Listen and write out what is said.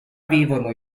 vivono